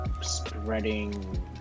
spreading